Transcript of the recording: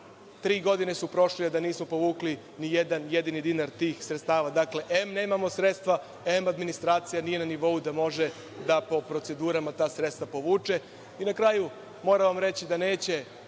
Tri godine su prošle, a da nismo povukli ni jedan jedini dinar tih sredstava. Dakle, em, nemamo sredstva, em, administracija nije na nivou da može da po procedurama ta sredstva povuče. Na kraju, moram vam reći da neće